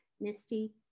Misty